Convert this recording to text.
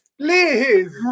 Please